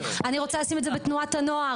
אני רוצה לשים את זה בתנועת הנוער,